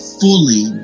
fully